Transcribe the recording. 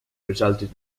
resulted